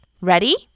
Ready